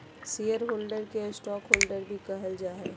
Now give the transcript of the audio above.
share holder के stockholder भी कहल जा हइ